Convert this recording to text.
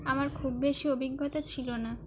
আমার খুব বেশি অভিজ্ঞতা ছিল না